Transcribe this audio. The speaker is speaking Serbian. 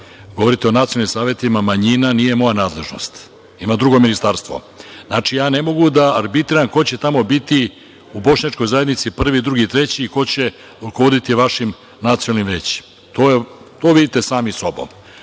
o nacionalnim savetima manjina, nije moja nadležnost. Ima drugo ministarstvo. Ja ne mogu da arbitriram ko će tamo biti u bošnjačkoj zajednici prvi, drugi, treći, ko će rukovoditi vašim nacionalnim većem. To vidite sami sa